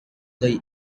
the